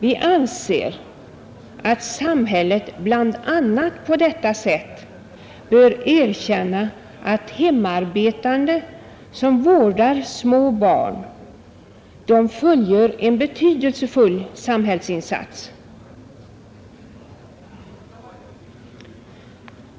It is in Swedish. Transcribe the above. Vi anser att samhället bl.a. på detta sätt bör erkänna att hemarbetande som vårdar små barn fullgör en betydelsefull samhällsinsats.